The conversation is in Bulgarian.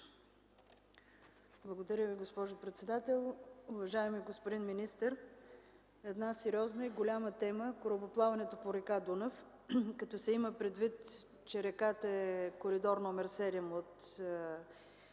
Благодаря Ви, госпожо председател. Уважаеми господин министър, една сериозна и голяма тема е корабоплаването по река Дунав, като се има предвид, че реката е Коридор № 7 от